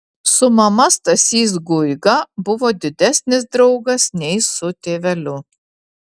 su mama stasys guiga buvo didesnis draugas nei su tėveliu